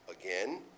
again